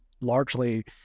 largely